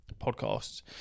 podcasts